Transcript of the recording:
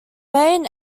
main